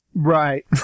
right